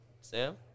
Sam